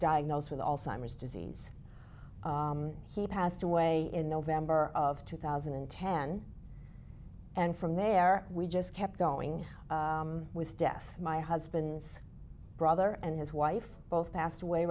diagnosed with alzheimer's disease he passed away in november of two thousand and ten and from there we just kept going with death my husband's brother and his wife both passed away